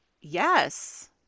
Yes